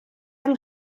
yng